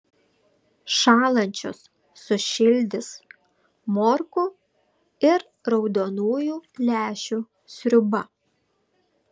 šąlančius sušildys morkų ir raudonųjų lęšių sriuba